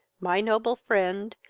my noble friend,